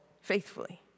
faithfully